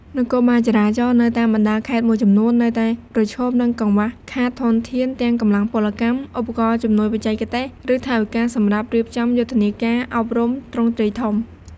នគរបាលចរាចរណ៍នៅតាមបណ្ដាខេត្តមួយចំនួននៅតែប្រឈមនឹង កង្វះខាតធនធាន ទាំងកម្លាំងពលកម្ម ឧបករណ៍ជំនួយបច្ចេកទេស ឬថវិកាសម្រាប់រៀបចំយុទ្ធនាការអប់រំទ្រង់ទ្រាយធំ។